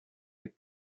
les